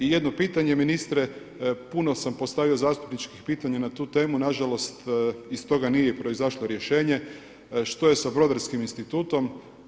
I jedno patnje, ministre, puno sam postavio zastupničkih pitanje, na tu temu, nažalost iz toga nije proizašlo rješenje, što je sa brodarskim institutom?